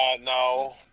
no